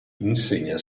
insegna